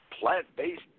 plant-based